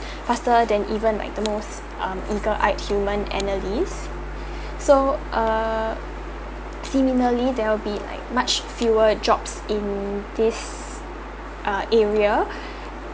faster than even like the most um eager human analyse so err similarly there will be like much fewer jobs in this uh area